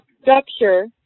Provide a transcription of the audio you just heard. structure